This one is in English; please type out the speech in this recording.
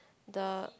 the